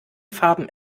farben